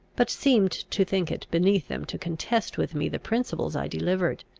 but seemed to think it beneath them to contest with me the principles i delivered.